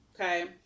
Okay